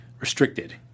restricted